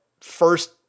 first